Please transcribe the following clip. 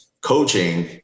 coaching